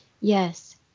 Yes